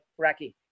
Racky